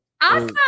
Awesome